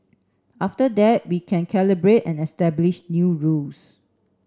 after that we can calibrate and establish new rules